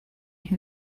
who